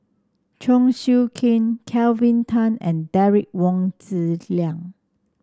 Chong Siew King Kelvin Tan and Derek Wong Zi Liang